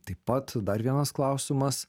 taip pat dar vienas klausimas